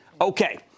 Okay